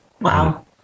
Wow